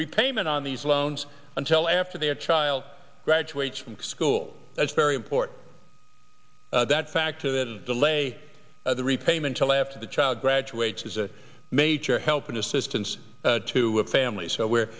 repayment on these loans until after their child graduates from school that's very important that factor that is delay of the repayment till after the child graduates is a major help and assistance to families so we're